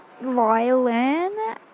violin